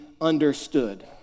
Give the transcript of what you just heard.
understood